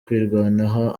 kwirwanaho